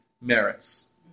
merits